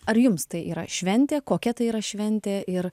ar jums tai yra šventė kokia tai yra šventė ir